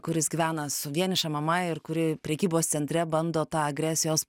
kuris gyvena su vieniša mama ir kuri prekybos centre bando tą agresijos